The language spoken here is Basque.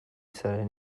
zaren